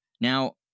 Now